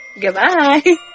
Goodbye